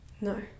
No